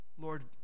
Lord